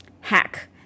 hack